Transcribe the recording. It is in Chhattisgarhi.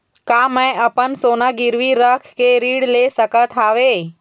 का मैं अपन सोना गिरवी रख के ऋण ले सकत हावे?